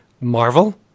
Marvel